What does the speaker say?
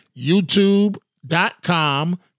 YouTube.com